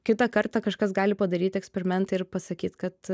kitą kartą kažkas gali padaryti eksperimentą ir pasakyt kad